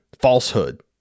falsehood